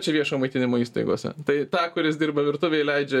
čia viešo maitinimo įstaigose tai tą kuris dirba virtuvėj leidžia